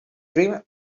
dream